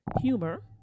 humor